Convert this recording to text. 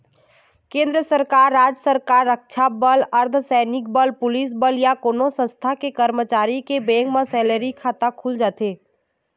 केंद्र सरकार, राज सरकार, रक्छा बल, अर्धसैनिक बल, पुलिस बल या कोनो संस्थान के करमचारी के बेंक म सेलरी खाता खुल जाथे